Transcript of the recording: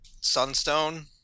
Sunstone